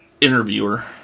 interviewer